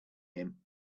him